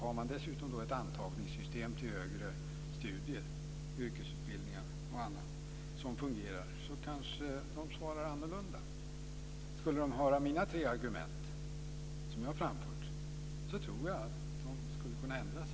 Har man dessutom ett antagningssystem till högre studier, yrkesutbildningar och annat som fungerar kanske de svarar annorlunda. Skulle de höra de tre argument som jag har framfört tror jag att de skulle kunna ändra sig.